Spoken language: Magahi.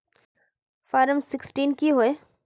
फारम सिक्सटीन की होय?